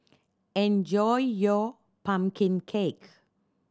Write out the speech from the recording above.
enjoy your pumpkin cake